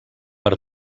per